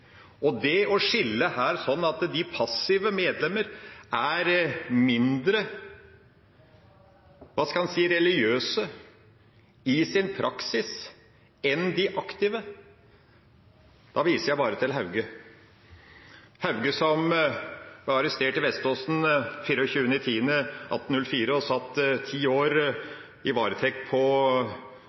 å skille sånn at de passive medlemmene er mindre – hva skal en si – religiøse i sin praksis enn de aktive, viser jeg bare til Hauge, Hauge som ble arrestert i Vestfossen den 24. oktober 1804 og satt ti år